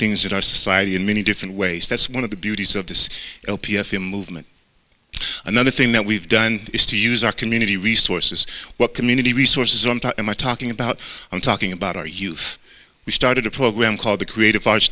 things that our society in many different ways that's one of the beauties of this l p f the movement another thing that we've done is to use our community resources what community resources on top and i talking about i'm talking about our youth we started a program called the creative arts